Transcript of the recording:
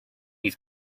his